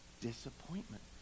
disappointment